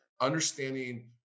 understanding